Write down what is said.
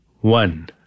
One